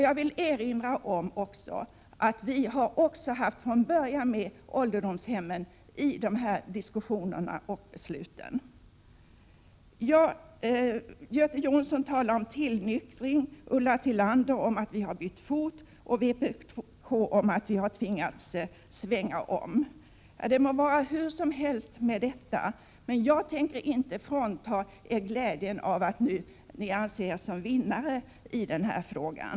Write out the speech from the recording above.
Jag vill även erinra om att vi redan från början har haft med ålderdomshemmen i dessa diskussioner och beslut. Göte Jonsson talar om tillnyktring, Ulla Tillander om att vi har bytt fot och vpk om att vi har tvingats svänga om. Det må vara hur som helst med detta. Jag skall inte ta ifrån er glädjen att ni nu anser er som vinnare i denna fråga.